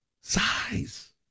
size